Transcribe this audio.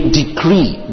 decree